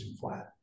flat